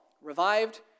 revived